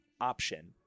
option